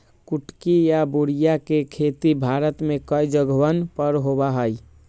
कुटकी या मोरिया के खेती भारत में कई जगहवन पर होबा हई